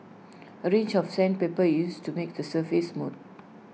A range of sandpaper is used to make the surface smooth